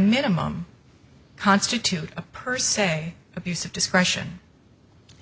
minimum constitute a purse say abuse of discretion